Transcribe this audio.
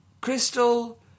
crystal